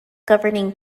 governing